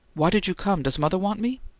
why did you come? does mother want me?